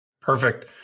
Perfect